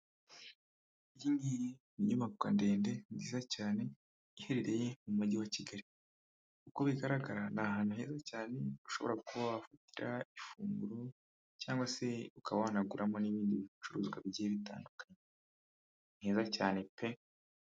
Iyi ngiyi ni iyubako ndende nziza cyane iherereye mu mujyi wa Kigali. Uko bigaragara ni ahantu heza cyane ushobora kuba wafatira ifunguro, cyangwa se ukaba wunaguramo n'ibindi bicuruzwa bigiye bitandukanye. Ni heza cyane pe.